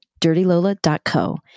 dirtylola.co